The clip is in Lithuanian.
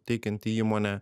teikianti įmonė